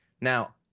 Now